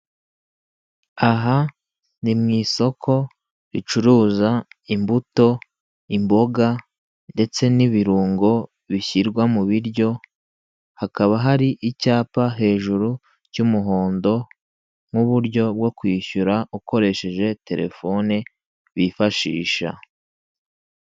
Aha ni mu isoko ricuruza imbuto, imboga, ndetse n'ibirungo bishyirwa mu biryo, hakaba hari n'icyapa hejuru, cy'umuhondo, n'uburyo bwo kwishyura ukoresheje telefone bifashisha.